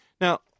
Now